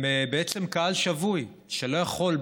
שהם קהל שבוי שלא יכול,